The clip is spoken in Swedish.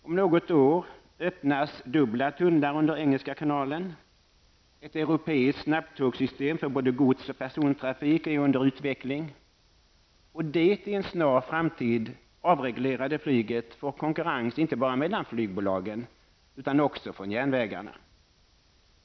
Om något år öppnas dubbla tunnlar under engelska kanalen, ett europeiskt snabbtågsssystem för både gods och persontrafik är under utveckling och det i en snar framtid avreglerade flyget får konkurrens inte bara mellan flygbolagen utan också från järnvägarna.